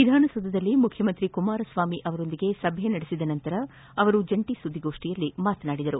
ವಿಧಾನಸೌಧದಲ್ಲಿ ಮುಖ್ಯಮಂತ್ರಿ ಕುಮಾರಸ್ವಾಮಿ ಅವರೊಂದಿಗೆ ಸಭೆ ನಡೆಸಿದ ನಂತರ ಅವರು ಜಂಟಿ ಸುದ್ದಿಗೋಷ್ಠಿಯಲ್ಲಿ ಮಾತನಾಡಿದರು